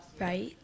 right